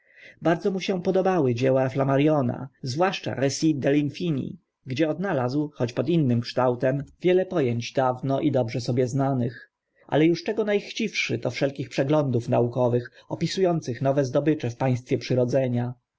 bardzo mu się podobały dzieła flammariona zwłaszcza recits de linfini gdzie odnalazł chociaż pod innym kształtem wiele po ęć dawno i dobrze sobie znanych ale uż czego na chciwszy to wszelkich przeglądów naukowych opisu ących nowe zdobycze w państwie przyrodzenia